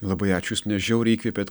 labai ačiū ne žiauriai įkvepėt